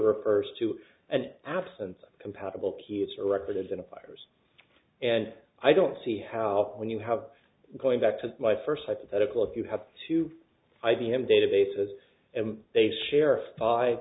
refers to an absence compatible kids are represented fires and i don't see how when you have going back to my first hypothetical if you have two i b m databases and they share a spy